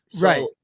Right